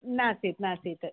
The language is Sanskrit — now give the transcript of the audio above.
नासीत् नासीत्